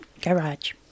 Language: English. garage